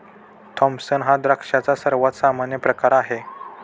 Thompson हा द्राक्षांचा सर्वात सामान्य प्रकार आहे